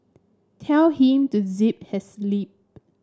tell him to zip his lip